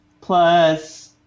plus